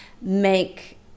make